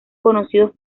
conocidos